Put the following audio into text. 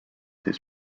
his